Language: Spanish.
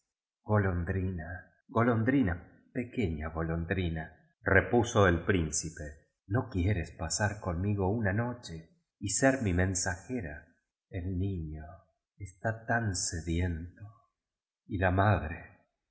golondrina golondrina pequeña golondrina repuso el principe no quieres pasar conmigo una noche y ser mi mensajera et niño está tan se diento y la madre